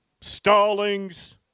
Stallings